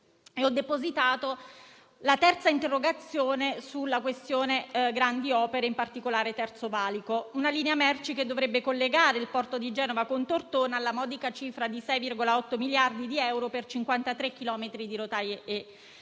depositato la terza interrogazione sulla questione grandi opere, in particolare Terzo valico, una linea merci che dovrebbe collegare il porto di Genova con Tortona alla modica cifra di 6,8 miliardi di euro per 53 chilometri di rotaie e